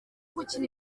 gukina